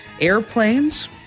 airplanes